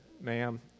ma'am